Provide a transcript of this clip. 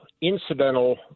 incidental